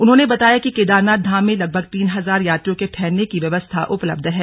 उन्होंने बताया कि केदारनाथ धाम में लगभग तीन हजार यात्रियों के ठहरने की व्यवस्था उपलब्ध है